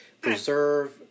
preserve